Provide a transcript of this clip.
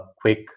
quick